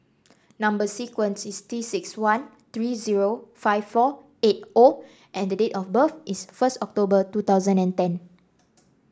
number sequence is T six one three zero five four eight O and the date of birth is first October two thousand and ten